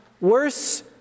worse